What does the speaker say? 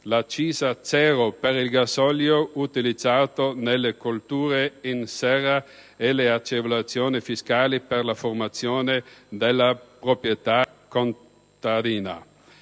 l'accisa zero per il gasolio utilizzato nelle colture in serra e le agevolazioni fiscali per la formazione della proprietà contadina.